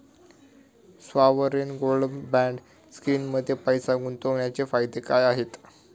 Sovereign gold bond स्कीममध्ये पैसे गुंतवण्याचे फायदे काय आहेत?